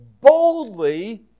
boldly